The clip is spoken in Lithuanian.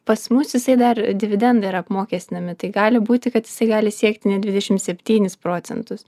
pas mus jisai dar dividendai yra apmokestinami tai gali būti kad jisai gali siekti net dvidešimt septynis procentus